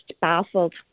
baffled